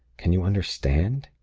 can you understand?